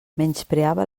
menyspreava